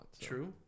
true